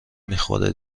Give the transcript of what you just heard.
میخوره